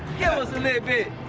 give us a little bit